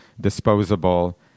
disposable